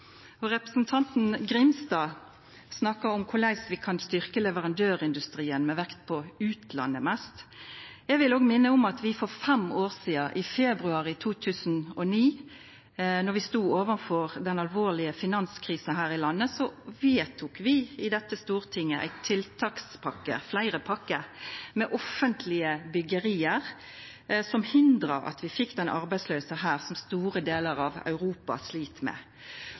samfunn. Representanten Grimstad snakka om korleis vi kan styrkja leverandørindustrien mest med vekt på utlandet. Eg vil også minna om at for fem år sidan, i februar 2009, då vi stod overfor den alvorlege finanskrisa her i landet, vedtok Stortinget fleire tiltakspakker, med offentleg bygging, som hindra at vi fekk den store arbeidsløysa her som store delar av Europa slit med.